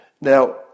Now